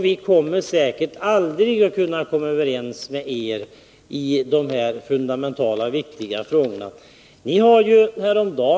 Vi kommer säkert aldrig överens med er i dessa viktiga och fundamentala frågor.